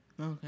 Okay